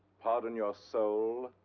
pardon your soul.